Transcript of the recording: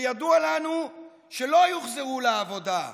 וידוע לנו שלא יוחזרו לעבודה.